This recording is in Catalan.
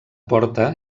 porta